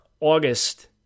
August